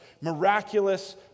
miraculous